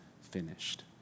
finished